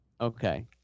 Okay